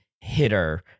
hitter